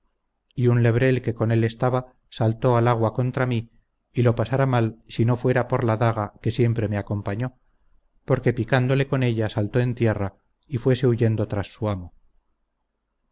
y un lebrel que con él estaba saltó al agua contra mí y lo pasara mal si no fuera por la daga que siempre me acompañó porque picándole con ella saltó en tierra y fuese huyendo tras su amo